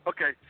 Okay